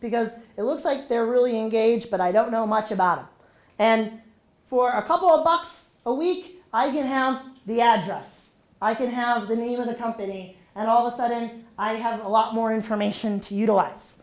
because it looks like they're really engaged but i don't know much about it and for a couple of bucks a week i didn't have the address i could have the name of the company and all the sudden i have a lot more information to utilize